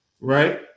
right